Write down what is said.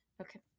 okay